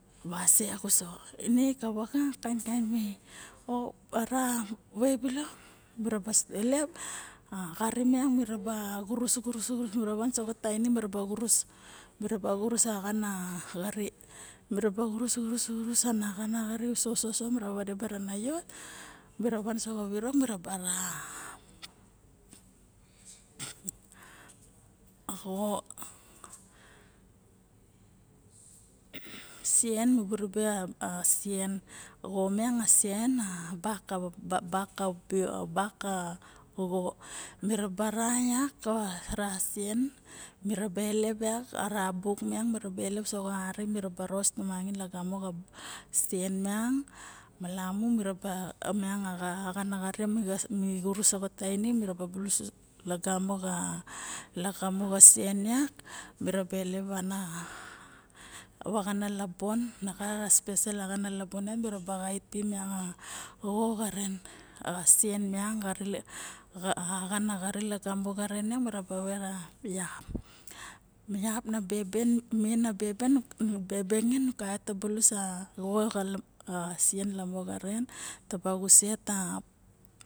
Basie vak uso ive ka vaga kaen basie vak uso ive ka vaga kaen wa moxo o mara way balok miraba elep a xari miang mira wan soxa tainim miraba xurus axana xari miraba xurus tainim miraba xurus axana xari miraba xurus usoso miraba vade bara savot mira van soxa virok miraba ra xo sien a baka xo miraba ra vak miang miraba elep vak ara buk miang miraba ros tomangan a sien malamuu miraba ilep axan a xari sien vak miraba ilep ana varana labon na gat a tara special axan a labong miraba xait pi a xo xaren ka sien miang a vaxana xari lagamo xaren mira vet a vak ma vak na bebengen nu kavot ka bulus sien lamo xa vak taba xuset